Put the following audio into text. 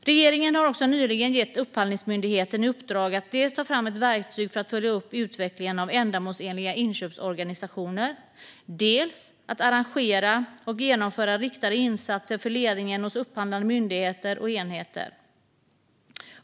Regeringen har nyligen också gett Upphandlingsmyndigheten i uppdrag att dels ta fram ett verktyg för att följa upp utvecklingen av ändamålsenliga inköpsorganisationer, dels arrangera och genomföra riktade insatser för ledningen för upphandlande myndigheter och enheter.